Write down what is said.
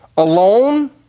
alone